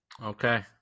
Okay